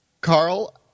Carl